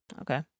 Okay